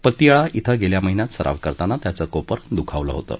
पटियाळा इथं गेल्या महिन्यात सराव करताना त्याचं कोपर दुखावलं होतं